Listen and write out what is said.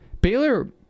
Baylor